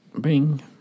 Bing